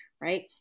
right